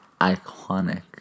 Iconic